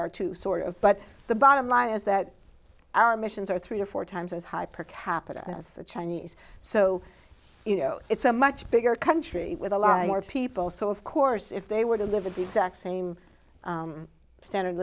are to sort of but the bottom line is that our missions are three or four times as high per capita as the chinese so you know it's a much bigger country with a lot more people so of course if they were to live at the exact same standard